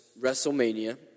WrestleMania